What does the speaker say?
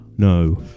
No